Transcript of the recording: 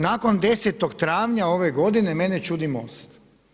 Nakon 10. travnja ove godine mene čudi MOST.